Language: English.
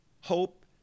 hope